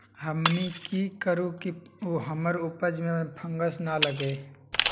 हमनी की करू की हमार उपज में फंगस ना लगे?